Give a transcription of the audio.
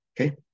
Okay